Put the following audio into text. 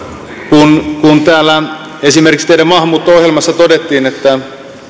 kun kun täällä esimerkiksi teidän maahanmuutto ohjelmassanne todettiin että